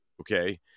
okay